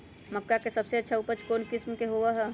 मक्का के सबसे अच्छा उपज कौन किस्म के होअ ह?